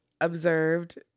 observed